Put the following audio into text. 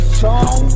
song